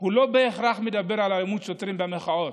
הוא לא בהכרח מדבר על אלימות שוטרים במחאות.